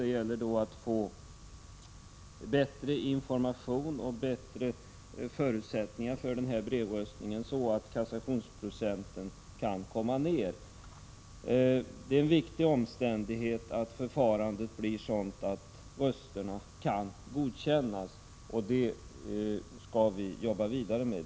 Det gäller att få bättre information om och skapa bättre förutsättningar för denna brevröstning, så att kassationsprocenten kan minska. Det är viktigt att förfarandet blir sådant att rösterna kan godkännas, och det är något som vi bör arbeta vidare med.